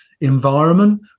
environment